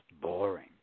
boring